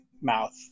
mouth